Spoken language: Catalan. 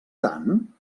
tant